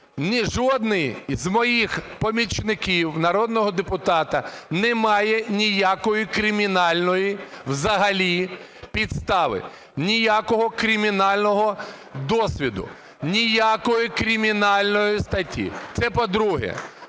жодний з моїх помічників народного депутата не має ніякої кримінальної взагалі підстави, ніякого кримінального досвіду, ніякої кримінальної статті. Це по-друге.